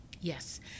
yes